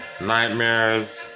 Nightmares